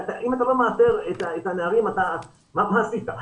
אם אתה לא מאתר את הנערים, מה עשית?